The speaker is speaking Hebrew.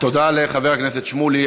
תודה לחבר הכנסת שמולי.